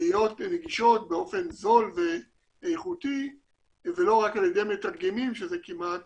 להיות נגישים באופן זול ואיכותי ולא רק על ידי מתרגמים שזה כמעט